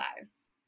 lives